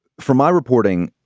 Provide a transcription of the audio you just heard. from my reporting.